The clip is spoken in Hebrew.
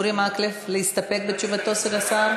אורי מקלב, להסתפק בתשובתו של השר?